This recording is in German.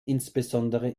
insbesondere